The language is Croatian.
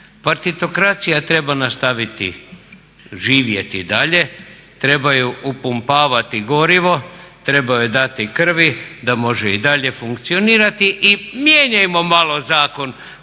Partitokracija treba nastaviti živjeti dalje treba joj upumpavati gorivo, treba joj dati krvi da može i dalje funkcionirati i mijenjamo malo zakon,